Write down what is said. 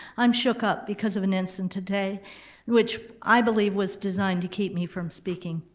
i'm shook up because of an incident today which i believe was designed to keep me from speaking.